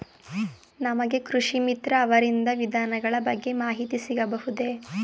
ನಮಗೆ ಕೃಷಿ ಮಿತ್ರ ಅವರಿಂದ ವಿಧಾನಗಳ ಬಗ್ಗೆ ಮಾಹಿತಿ ಸಿಗಬಹುದೇ?